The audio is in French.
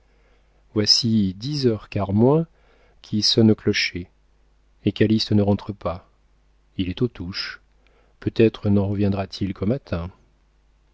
voici dix heures quart moins qui sonnent au clocher et calyste ne rentre pas il est aux touches peut-être n'en reviendra t il qu'au matin